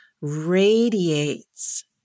radiates